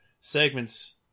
segments